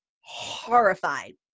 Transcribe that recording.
horrified